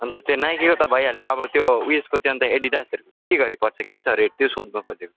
अन्त त्यो नाइकीको त भइहाल्यो अब त्यो उयसको चाहिँ अन्त एडिडास के गरी पर्छ के चाहिँ रेट त्यो सोध्न खोजेको